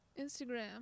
Instagram